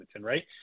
right